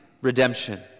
redemption